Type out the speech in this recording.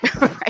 Right